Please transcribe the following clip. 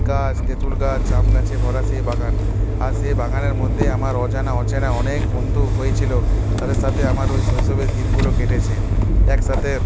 গাছ তেঁতুল গাছ জাম গাছে ভরা সেই বাগান আর সেই বাগানের মধ্যে আমার অজানা অচেনা অনেক বন্ধু হয়েছিলো তাদের সাথে আমার ওই শৈশবের দিনগুলো কেটেছে একসাথে